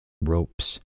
ropes